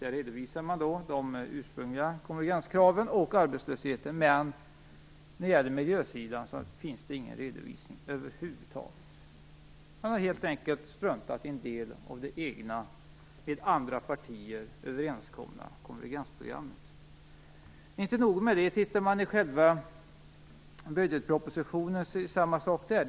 Där redovisas de ursprungliga konvergenskraven och arbetslösheten. Men när det gäller miljön finns det inte någon redovisning över huvud taget. Man har helt enkelt struntat i en del av det egna, med andra partier överenskomna konvergensprogrammet. Inte nog med det. Tittar man i själva budgetpropositionen är det samma sak där.